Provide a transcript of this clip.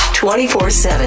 24-7